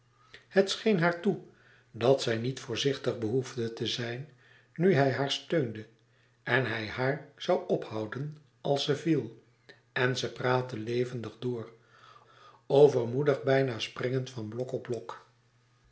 het scheen haar toe dat zij niet voorzichtig behoefde te zijn nu hij haar steunde dat hij haar zoû ophouden als ze viel en ze praatte levendig door overmoedig bijna springend van blok